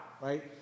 right